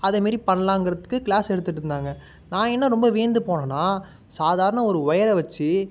அதேமாரி பண்ணலாங்கிறதுக்கு கிளாஸ் எடுத்துட்டிருந்தாங்க நான் என்ன ரொம்ப வியந்து போனேன்னா சாதாரண ஒரு ஒயரை வச்சி